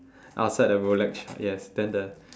outside the Rolex shop yes then the